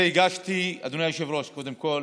אדוני היושב-ראש, קודם כול